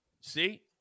See